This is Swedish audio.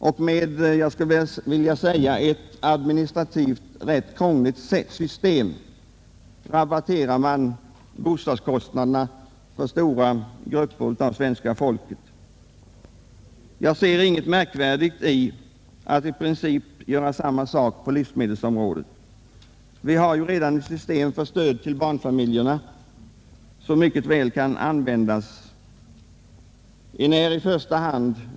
I stället rabatterar man med ett administrativt rätt krångligt system bostadskostnaderna för stora grupper av svenska folket. Jag finner inga svårigheter att i princip göra detsamma på livsmedelsområdet. Vi har ju redan ett system för stöd till barnfamiljerna, som mycket väl kunde tillämpas för detta ändamål.